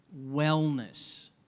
wellness